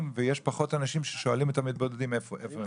ויש פחות אנשים ששואלים את המתבודדים איפה הם.